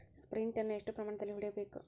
Sprint ಅನ್ನು ಎಷ್ಟು ಪ್ರಮಾಣದಲ್ಲಿ ಹೊಡೆಯಬೇಕು?